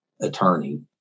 attorney